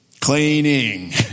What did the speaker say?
Cleaning